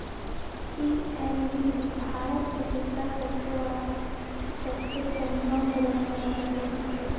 PNB Bharat के दूसरा सबसे बड़ा सबसे संबंध रखनेवाला बैंक हई